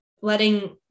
letting